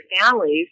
families